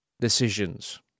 decisions